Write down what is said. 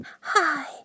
Hi